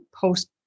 post